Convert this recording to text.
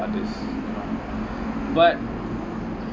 others but